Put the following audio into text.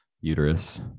uterus